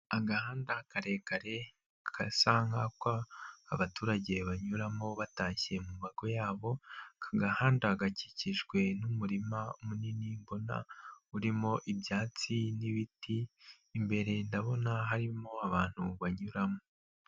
Agahanda karekare kasa nk'ako abaturage banyuramo batashye mu mago yabo, aka gahanda gakikijwe n'umurima munini mbona urimo ibyatsi n'ibiti, imbere ndabona harimo abantu banyuramo.